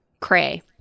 cray